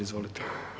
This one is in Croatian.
Izvolite.